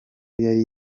yari